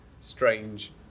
strange